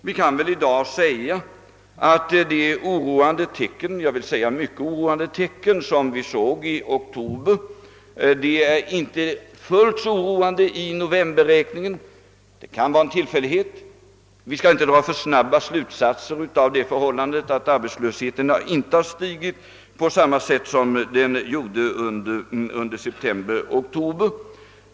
Vi kan väl i dag säga, att de mycket oroande tecken som vi såg i oktober inte har sin fulla motsvarighet i novemberräkningen. Det kan vara en tillfällighet; vi skall därför inte dra för snabba slutsatser av det förhållandet, att arbetslösheten inte i november har stigit på samma sätt som den gjorde under september och oktober.